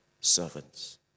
servants